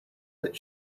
that